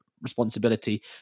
responsibility